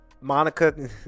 Monica